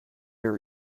your